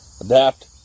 Adapt